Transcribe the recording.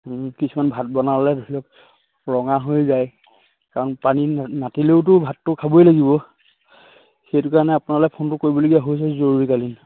কিছুমান ভাত বনালে ৰঙা হৈ যায় কাৰণ পানী নাতিলেওতো ভাতটো খাবই লাগিব সেইটো কাৰণে আপোনালৈ ফোনটো কৰিবলগীয়া হৈছে জৰুৰী কালীন